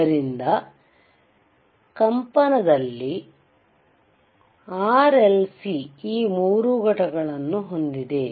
ಆದ್ದರಿಂದ ಕಂಪನದ ದಲ್ಲಿ R L C ಈ 3 ಘಟಕಗಳನ್ನು ಹೊಂದಿದೆ